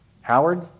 Howard